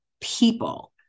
people